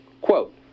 Quote